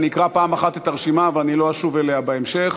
אני אקרא פעם אחת את הרשימה ואני לא אשוב אליה בהמשך.